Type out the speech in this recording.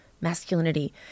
masculinity